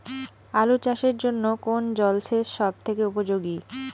আলু চাষের জন্য কোন জল সেচ সব থেকে উপযোগী?